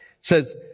says